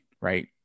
right